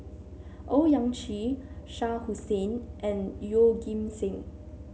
Owyang Chi Shah Hussain and Yeoh Ghim Seng